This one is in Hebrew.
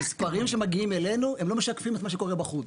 המספרים שמגיעים אלינו הם לא משקפים את מה שקורה בחוץ.